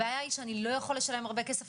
הבעיה היא שאני לא יכול לשלם הרבה כסף